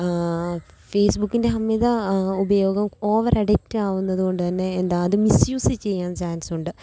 ഫേസ്ബുക്കിൻ്റെ അമിത ഉപയോഗം over addict ആവുന്നതുകൊണ്ട് തന്നെ എന്താ അത് മിസ്യൂസ് ചെയ്യാൻ ചാൻസ് ഉണ്ട്